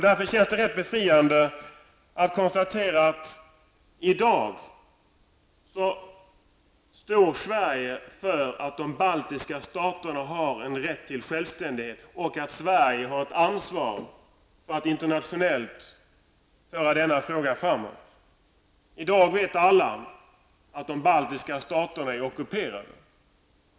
Därför känns det befriande att kunna konstatera att Sverige i dag står för att de baltiska staterna har en rätt till självständighet och att Sverige har ett ansvar för att internationellt föra denna fråga framåt. I dag vet alla att de baltiska staterna är ockuperade.